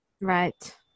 Right